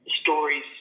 stories